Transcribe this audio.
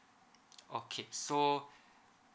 okay so